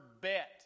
bet